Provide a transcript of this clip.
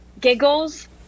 giggles